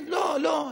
לא, לא.